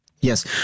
Yes